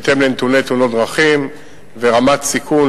בהתאם לנתוני תאונות דרכים ורמת סיכון,